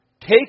Take